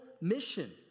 mission